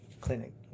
clinic